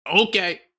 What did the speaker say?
Okay